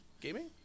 gaming